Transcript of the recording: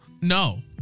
No